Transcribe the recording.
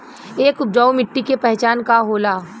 एक उपजाऊ मिट्टी के पहचान का होला?